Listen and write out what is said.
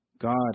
God